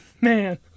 man